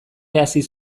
haziz